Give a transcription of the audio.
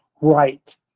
right